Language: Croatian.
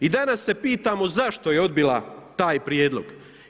I danas se pitamo zašto je odbila taj prijedlog.